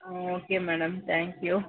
okay madam thank you